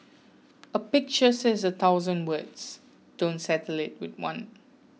a pictures says a thousand words don't settle with one